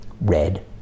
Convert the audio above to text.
Red